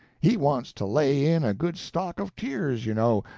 he wants to lay in a good stock of tears, you know,